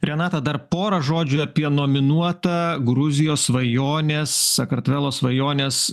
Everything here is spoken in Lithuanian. renata dar porą žodžių apie nominuotą gruzijos svajonės sakartvelo svajonės